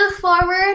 forward